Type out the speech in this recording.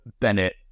Bennett